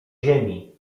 ziemi